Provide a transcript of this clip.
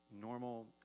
normal